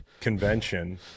convention